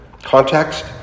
context